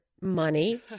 money